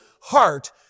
heart